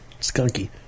skunky